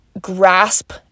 grasp